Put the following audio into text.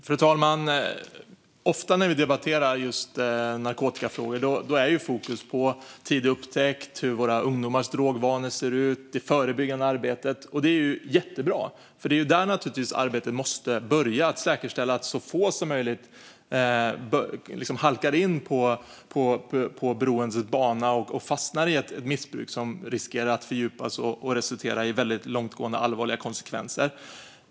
Fru talman! När vi debatterar narkotikafrågor är fokuset ofta på tidig upptäckt, hur ungdomars drogvanor ser ut och det förebyggande arbetet. Det är jättebra. Det är naturligtvis där arbetet måste börja för att säkerställa att så få som möjligt halkar in på beroendets bana och fastnar i ett missbruk som riskerar att fördjupas och resultera i väldigt långtgående och allvarliga konsekvenser.